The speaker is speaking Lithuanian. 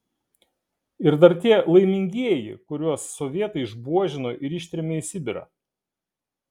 ir dar tie laimingieji kuriuos sovietai išbuožino ir ištrėmė į sibirą